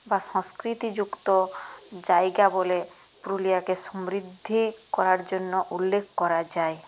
বা সংস্কৃতিযুক্ত জায়গা বলে পুরুলিয়াকে সমৃদ্ধ করার জন্য উল্লেখ করা যায়